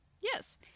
Yes